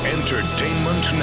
Entertainment